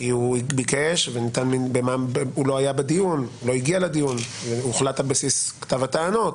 כי הוא ביקש והוא לא הגיע לדיון והוחלט על בסיס כתב הטענות,